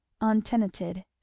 untenanted